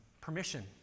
permission